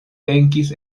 venkis